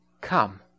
come